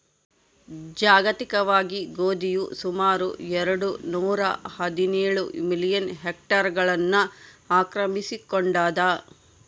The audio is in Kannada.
ಜಾಗತಿಕವಾಗಿ ಗೋಧಿಯು ಸುಮಾರು ಎರೆಡು ನೂರಾಹದಿನೇಳು ಮಿಲಿಯನ್ ಹೆಕ್ಟೇರ್ಗಳನ್ನು ಆಕ್ರಮಿಸಿಕೊಂಡಾದ